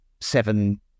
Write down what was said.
seven